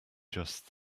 just